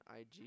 IG